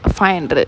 five hundred